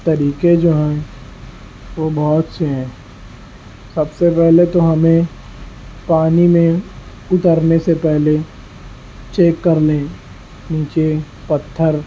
طریقے جو ہیں وہ بہت سے ہیں سب سے پہلے تو ہمیں پانی میں اترنے سے پہلے چیک کرلیں نیچے پتھر